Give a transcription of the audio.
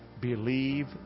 believe